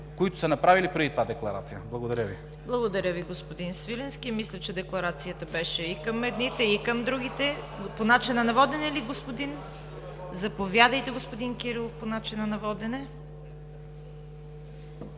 които са направили преди това декларация. Благодаря Ви. ПРЕДСЕДАТЕЛ ЦВЕТА КАРАЯНЧЕВА: Благодаря Ви, господин Свиленски. Мисля, че декларацията беше и към едните, и към другите. По начина на водене ли, господин Кирилов? Заповядайте, господин Кирилов, по начина на водене.